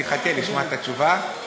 אני מחכה לשמוע את התשובה,